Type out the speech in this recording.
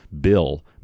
Bill